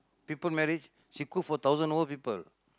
people marriage she cook for thousand over people